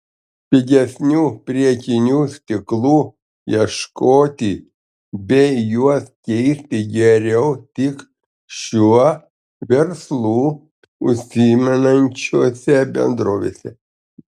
pigesnių priekinių stiklų ieškoti bei juos keisti geriau tik šiuo verslu užsiimančiose bendrovėse